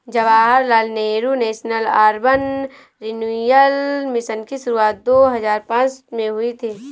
Jawaharlal Nehru national urban renewal mission की शुरुआत दो हज़ार पांच में हुई थी